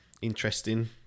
Interesting